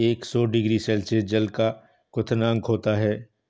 एक सौ degree Celsius जल का क्वथनांक होता है